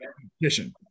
competition